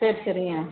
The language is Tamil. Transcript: சரி சரிங்க